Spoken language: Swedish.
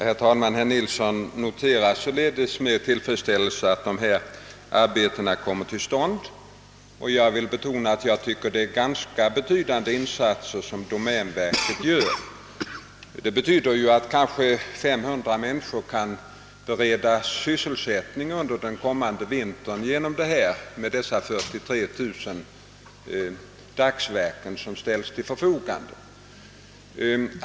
Herr talman! Herr Nilsson i Tvärålund noterar således med tillfredsställelse att dessa arbeten kommer till stånd, och jag vill betona att det är ganska betydande insatser som domänverket gör. De innebär att kanske 500 människor kan beredas sysselsättning under den kommande vintern med de 43 000 dagsverken som ställts till förfogande.